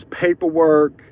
paperwork